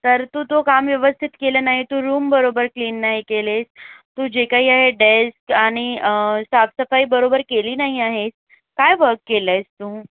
तर तू तो काम व्यवस्थित केलं नाही तू रूम बरोबर क्लीन नाही केलीस तू जे काही आहे डेस्क आणि साफसफाई बरोबर केली नाही आहे काय वर्क केलं आहेस तू